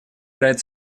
играет